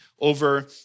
over